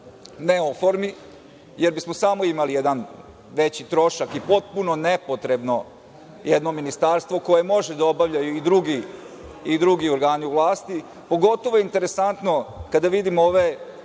ne oformi, jer bi imali jedan veći trošak i potpuno nepotrebno jedno ministarstvo, koje može da obavlja i drugi organi u vlasti. Pogotovo je interesantno, kada vidimo ove